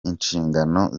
inshingano